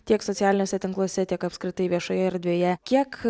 tiek socialiniuose tinkluose tiek apskritai viešoje erdvėje kiek